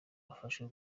abafashwe